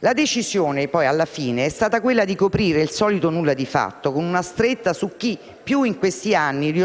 La decisione è stata quella di coprire il solito nulla di fatto, con una stretta su chi in questi anni più